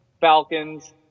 Falcons